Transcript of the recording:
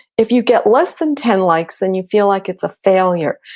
if you get less than ten likes, then you feel like it's a failure.